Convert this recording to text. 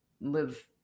live